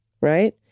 right